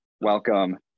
Welcome